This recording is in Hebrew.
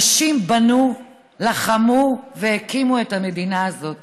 נשים בנו, לחמו והקימו את המדינה הזאת.